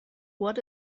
what